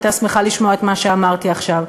שהייתה שמחה לשמוע את מה שאמרתי עכשיו,